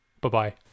Bye-bye